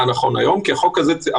נכון שיש את הנקודה של תקנות שעת חירום,